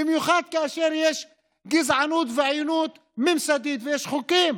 במיוחד כאשר יש גזענות ממסדית ויש חוקים